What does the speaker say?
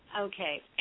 Okay